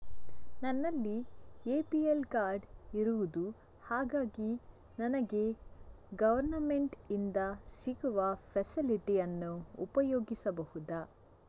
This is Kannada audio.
ನನ್ನಲ್ಲಿ ಎ.ಪಿ.ಎಲ್ ಕಾರ್ಡ್ ಇರುದು ಹಾಗಾಗಿ ನನಗೆ ಗವರ್ನಮೆಂಟ್ ಇಂದ ಸಿಗುವ ಫೆಸಿಲಿಟಿ ಅನ್ನು ಉಪಯೋಗಿಸಬಹುದಾ?